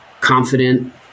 confident